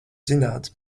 zināt